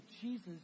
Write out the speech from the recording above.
Jesus